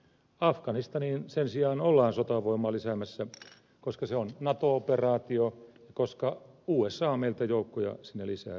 afganistaniin sen sijaan ollaan sotavoimaa lisäämässä koska se on nato operaatio koska usa meiltä sinne joukkoja lisää pyytää